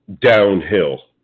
downhill